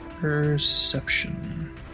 Perception